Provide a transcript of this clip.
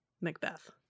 Macbeth